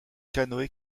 canoë